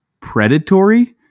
predatory